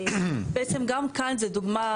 בעצם גם כאן זה דוגמה,